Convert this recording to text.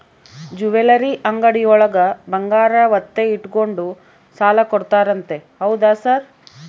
Jewellery ಅಂಗಡಿಯೊಳಗ ಬಂಗಾರ ಒತ್ತೆ ಇಟ್ಕೊಂಡು ಸಾಲ ಕೊಡ್ತಾರಂತೆ ಹೌದಾ ಸರ್?